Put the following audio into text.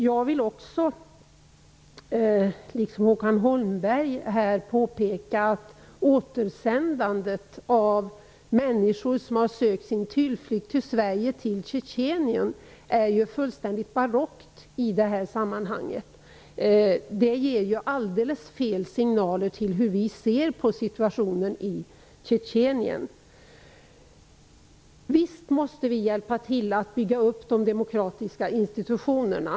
Liksom Håkan Holmberg vill jag påpeka att återsändandet till Tjetjenien av människor som har sökt sin tillflykt i Sverige är fullständigt barockt. Det ger helt fel signaler om hur vi ser på situationen i Tjetjenien. Visst måste vi hjälpa till med att bygga upp de demokratiska institutionerna.